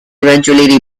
eventually